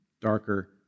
darker